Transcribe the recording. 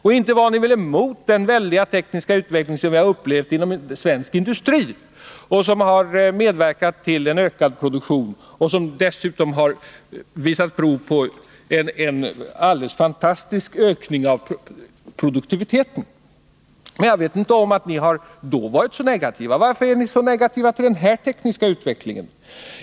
Ni var ju heller inte motståndare till den tekniska utveckling som vi upplevt inom svensk industri och som medverkat till en ökad produktion och som dessutom har svarat för en alldeles fantastisk ökning av produktiviteten. Mig veterligen var ni inte negativa till den utvecklingen. Varför är ni då så negativa till den här tekniska utvecklingen?